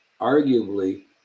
arguably